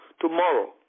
tomorrow